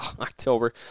October